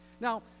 Now